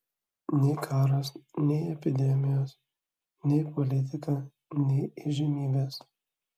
nei karas nei epidemijos nei politika nei įžymybės